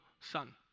son